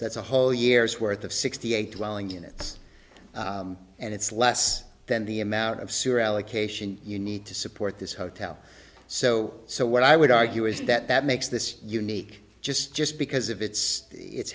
that's a whole year's worth of sixty eight whiling units and it's less than the amount of super allocation you need to support this hotel so so what i would argue is that that makes this unique just just because of its it